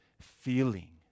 feeling